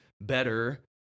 better